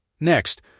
Next